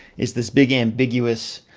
it's this big ambiguous,